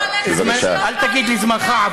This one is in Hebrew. תראו מה תהיה התוצאה,